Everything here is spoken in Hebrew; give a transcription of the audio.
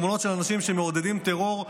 תמונות של אנשים שמעודדים טרור,